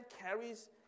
carries